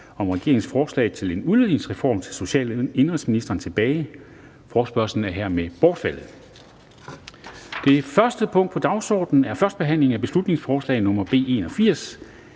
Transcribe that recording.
om regeringens forslag til en udligningsreform til social- og indenrigsministeren tilbage. Forespørgslen er hermed bortfaldet. --- Det første punkt på dagsordenen er: 1) 1. behandling af beslutningsforslag nr. B 81: